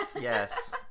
Yes